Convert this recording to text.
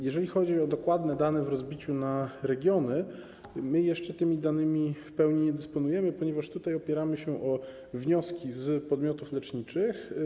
Jeżeli chodzi o dokładne dane w rozbiciu na regiony, my jeszcze tymi danymi w pełni nie dysponujemy, ponieważ tutaj opieramy się o wnioski z podmiotów leczniczych.